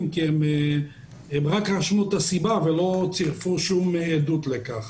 כי הם רק רשמו את הסיבה ולא צירפו עדות לכך.